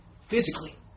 physically